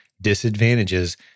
disadvantages